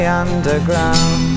underground